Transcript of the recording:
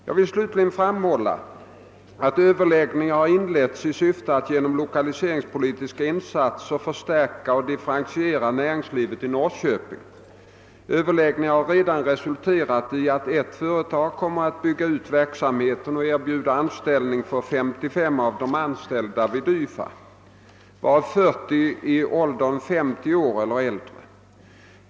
Jag vill slutligen framhålla att överläggningar har inletts i syfte att genom lokaliseringspolitiska insatser förstärka och differentiera näringslivet i Norrköping. Överläggningarna har redan resulterat i att ett företag kommer att bygga ut verksamheten och erbjuda anställning åt 55 av de anställda vid YFA, varav 40 i åldern 50 år eller äldre.